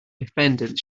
defendant